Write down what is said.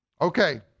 Okay